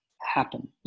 happen